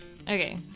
Okay